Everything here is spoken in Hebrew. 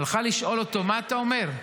הלכה לשאול אותו: מה אתה אומר?